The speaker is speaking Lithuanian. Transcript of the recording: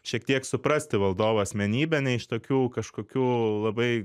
šiek tiek suprasti valdovo asmenybę ne iš tokių kažkokių labai